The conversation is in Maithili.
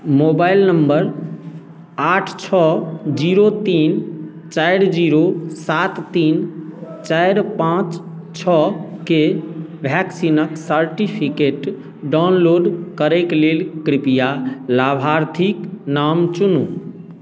मोबाइल नम्बर आठ छओ जीरो तीन चारि जीरो सात तीन चारि पाँच छओके वैक्सीनके सर्टिफिकेट डाउनलोड करैके लेल कृपया लाभार्थीके नाम चुनू